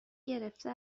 گرفته